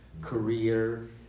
career